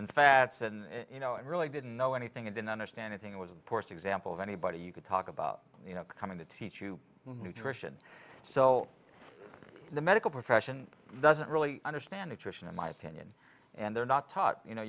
and fats and you know i really didn't know anything and didn't understand a thing was porous example of anybody you could talk about you know coming to teach you nutrition so the medical profession doesn't really understand attrition in my opinion and they're not taught you know